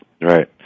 Right